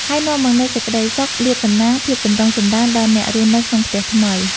ហើយនាំមកនូវសេចក្តីសុខ លាភសំណាង ភាពចម្រុងចម្រើនដល់អ្នករស់នៅក្នុងផ្ទះថ្មី។